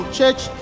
church